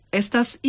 estas